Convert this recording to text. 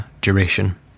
Duration